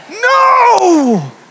no